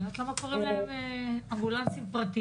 אני לא יודעת למה קוראים להם אמבולנסים פרטיים,